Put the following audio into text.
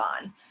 on